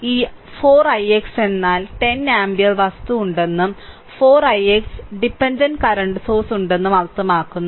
ഈ 4 ix എന്നാൽ 10 ampere വസ്തു ഉണ്ടെന്നും 4 ix ഡിപെൻഡന്റ് കറന്റ് സോഴ്സ് ഉണ്ടെന്നും അർത്ഥമാക്കുന്നു